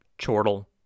Chortle